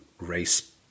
race